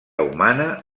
humana